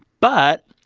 but,